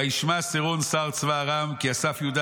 וישמע סרון שר צבא ארם כי אסף יהודה